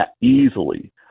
easily